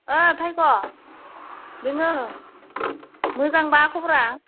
भायग' दोङो मोजांबा खबरा